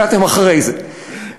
הגעתם אחרי זה,